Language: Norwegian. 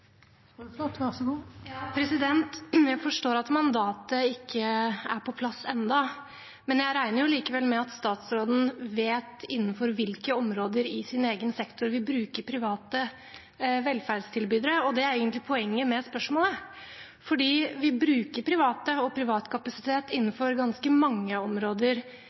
Jeg forstår at mandatet ikke er på plass ennå, men jeg regner likevel med at statsråden vet innenfor hvilke områder i egen sektor vi bruker private velferdstilbydere. Det er egentlig poenget med spørsmålet, for vi bruker private og privat kapasitet på ganske mange områder